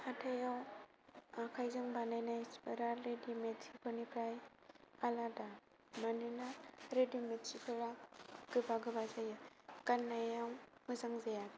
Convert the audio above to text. हाथाइयाव आखाइजों बानायनाय सिफोरा रेडिमेड सिफोरनिफ्राय आलादा मानोना रेडिमेड सिफोरा गोबा गोबा जायो गान्नायाव मोजां जाया